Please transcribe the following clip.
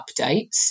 updates